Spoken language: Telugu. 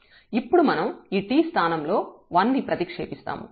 ఇప్పుడు మనం ఈ t స్థానంలో 1 ని ప్రతిక్షేపిస్తాము